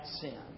sin